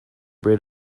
rid